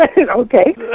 Okay